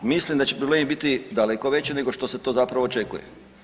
Mislim da će problemi biti daleko veći nego što se to zapravo očekuje.